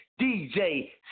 DJ